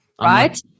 Right